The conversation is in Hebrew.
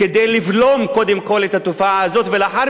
כדי לבלום קודם כול את התופעה הזאת ולאחר